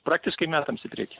praktiškai metams į priekį